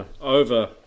over